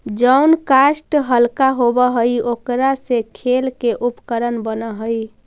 जउन काष्ठ हल्का होव हई, ओकरा से खेल के उपकरण बनऽ हई